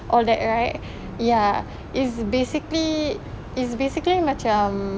all that right ya is basically is basically macam